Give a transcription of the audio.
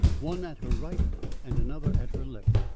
one at her right and another at her left.